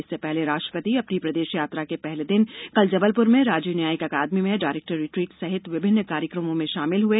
इससे पहले राष्ट्रपति अपनी प्रदेश यात्रा के पहले दिन कल जबलपुर में राज्य न्यायिक अकादमी में डायरेक्टर रिट्रीट सहित विभिन्न कार्यक्रमों में शामिल हुए